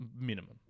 minimum